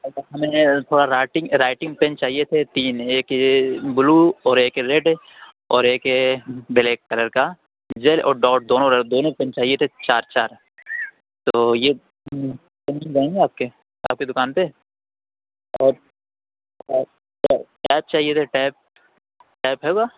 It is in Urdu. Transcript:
اچھا ہمیں تھوڑا راٹنگ رائٹنگ پین چاہیے تھے تین ایک بلو اور ایک ریڈ اور ایک بلیک کلر کا جیل اور ڈاٹ دونوں دونوں پین چاہیے تھے چار چار تو یہ مل جائیں گے آپ کے دُکان پہ اور ٹیپ چاہیے تھے ٹیپ ٹیپ ہوگا